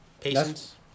Patience